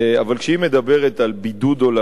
אבל כשהיא מדברת על בידוד עולמי,